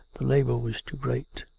the labour was too great.